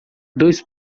dois